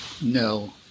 No